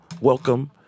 welcome